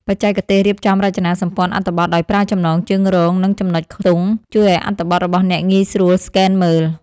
បច្ចេកទេសរៀបចំរចនាសម្ព័ន្ធអត្ថបទដោយប្រើចំណងជើងរង និងចំណុចខ្ទង់ ជួយឱ្យអត្ថបទរបស់អ្នកងាយស្រួលស្កេនមើល។